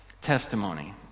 testimony